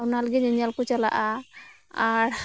ᱚᱱᱟ ᱞᱟᱹᱜᱤᱫ ᱧᱮᱧᱮᱞ ᱠᱚ ᱪᱟᱞᱟᱜᱼᱟ ᱟᱨ